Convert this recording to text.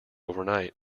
overnight